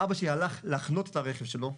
אבא שלי הלך להחנות את הרכב שלו,